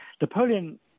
Napoleon